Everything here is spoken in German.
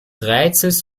rätsels